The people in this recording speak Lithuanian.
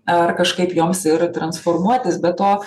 ar kažkaip joms ir transformuotis be to